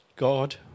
God